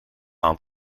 aan